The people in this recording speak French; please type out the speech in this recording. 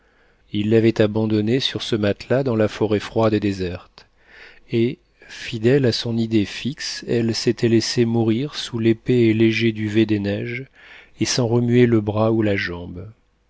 ils l'avaient abandonnée sur ce matelas dans la forêt froide et déserte et fidèle à son idée fixe elle s'était laissée mourir sous l'épais et léger duvet des neiges et sans remuer le bras ou la jambe